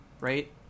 right